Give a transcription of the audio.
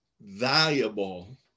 valuable